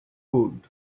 cooled